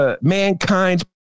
mankind's